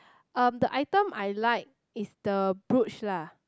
um the item I like is the brooch lah